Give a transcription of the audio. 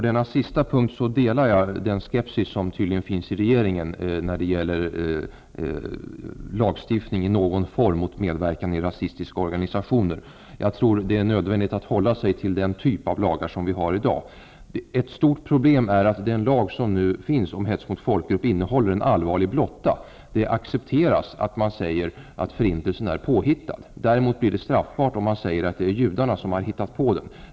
Herr talman! Jag delar den skepsis som tydligen finns i regeringen när det gäller någon form av lagstiftning mot medverkan i rasistiska organisationer. Jag tror att det är nödvändigt att hålla sig till den typ av lagar som vi har i dag. Ett stort problem är att den lag som finns i dag om hets mot folkgrupp inne håller en allvarlig blotta. Det accepteras att man säger att förintelsen är på hittad. Däremot blir det straffbart om man säger att det är judarna som har hittat på den.